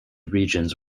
regions